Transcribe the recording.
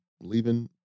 leaving